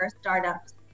startups